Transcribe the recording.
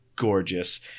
gorgeous